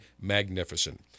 magnificent